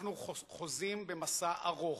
אנחנו חוזים במסע ארוך,